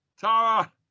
Tara